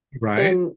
Right